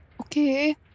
Okay